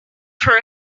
her